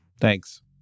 Thanks